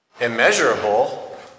immeasurable